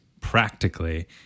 practically